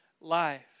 life